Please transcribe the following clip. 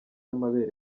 amabere